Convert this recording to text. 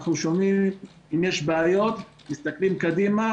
אם יש בעיות אנחנו מסתכלים קדימה